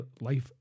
life